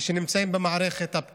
שנמצאים במערכת, הפקידים,